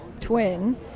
twin